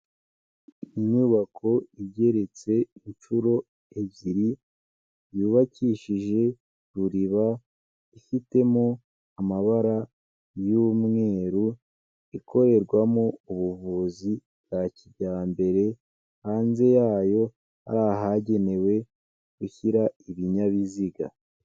Inyubako igeretse inshuro ebyiri, yubakishije Ruriba, ifitemo amabara y'umweru, ikorerwamo ubuvuzi bwa kijyambere, hanze yayo hari ahagenewe gushyira ibinyabiziga.